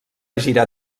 gira